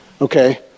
Okay